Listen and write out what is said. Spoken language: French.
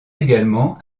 également